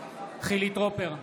חילי טרופר,